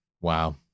Wow